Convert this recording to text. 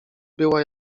była